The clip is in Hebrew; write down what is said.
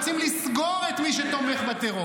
אנחנו רוצים לסגור את מי שתומך בטרור.